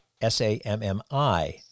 S-A-M-M-I